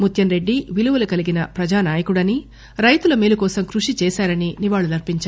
ముత్యంరెడ్డి విలువలు కలిగిన ప్రజానాయకుడు అని రైతుల మేలు కోసం కృషిచేశారని ఆయన నివాళులర్చించారు